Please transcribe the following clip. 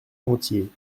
entier